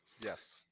Yes